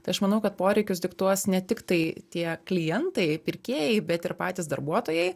tai aš manau kad poreikius diktuos ne tiktai tie klientai pirkėjai bet ir patys darbuotojai